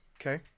Okay